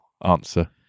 answer